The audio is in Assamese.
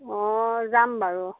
অ যাম বাৰু